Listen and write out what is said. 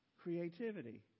creativity